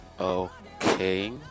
Okay